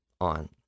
on